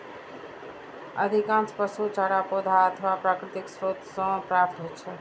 अधिकांश पशु चारा पौधा अथवा प्राकृतिक स्रोत सं प्राप्त होइ छै